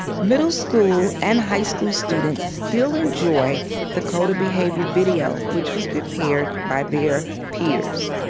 middle school and high school students still enjoy the code of behavior video which was prepared by their peers.